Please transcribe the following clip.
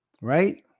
Right